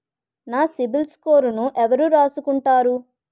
నా సిబిల్ స్కోరును ఎవరు రాసుకుంటారు